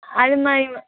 அதுமாதிரி வ